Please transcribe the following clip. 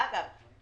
אגב,